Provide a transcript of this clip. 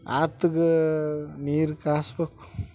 ಆತ್ಗೆ ನೀರು ಕಾಸ್ಬೇಕು